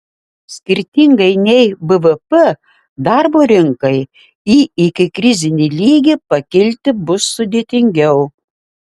skirtingai nei bvp darbo rinkai į ikikrizinį lygį pakilti bus sudėtingiau